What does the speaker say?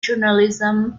journalism